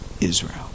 Israel